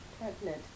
Pregnant